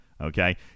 okay